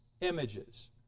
images